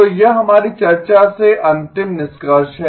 तो यह हमारी चर्चा से अंतिम निष्कर्ष है